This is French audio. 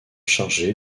chargé